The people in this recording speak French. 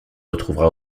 retrouvera